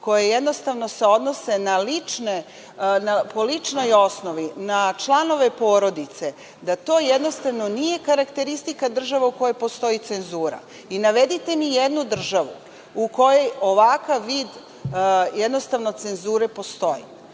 koje se odnose po ličnoj osnovi, na članove porodice, da to jednostavno nije karakteristika država u kojima postoji cenzura. I navedite mi jednu državu u kojoj ovakav vid cenzure postoji. Sa